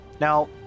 Now